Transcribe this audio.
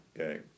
okay